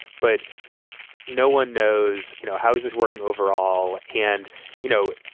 but no one knows, you know, houses working overall hand you know,